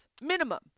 minimum